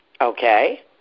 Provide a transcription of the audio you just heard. Okay